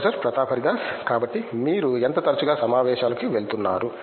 professor Pratap Haridas కాబట్టి మీరు ఎంత తరచుగా సమావేశాలకు వెళుతున్నారు